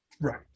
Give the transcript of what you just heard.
Right